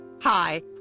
Hi